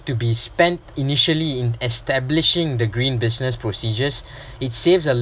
to be spent initially in establishing the green business procedures it saves a